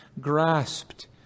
grasped